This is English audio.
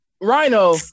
Rhino